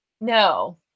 no